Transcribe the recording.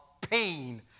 pain